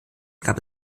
gab